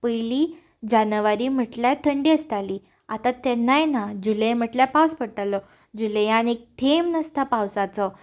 पयलीं जेनवरी म्हटल्यार थंडी आसताली आतांत तेन्नाय ना जुलाय म्हटल्यार पावस पडटालो जुलायांत एक थंब नासता पावसाचो